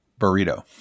burrito